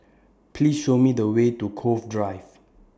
Please Show Me The Way to Cove Drive